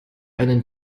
einen